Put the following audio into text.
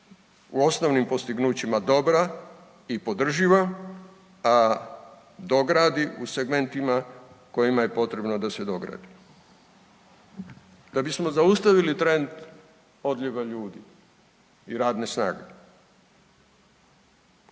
u osnovnim postignućima dobra i podrživa, a dogradi u segmentima u kojima je potrebno da se dogradi. Da bismo zaustavili trend odljeva ljudi i radne snage